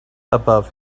above